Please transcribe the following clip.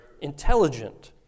intelligent